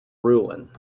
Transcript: ruin